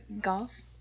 Golf